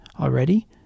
already